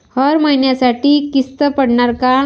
हर महिन्यासाठी किस्त पडनार का?